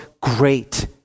great